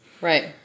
Right